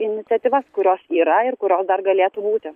iniciatyvas kurios yra ir kurios dar galėtų būti